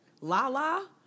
Lala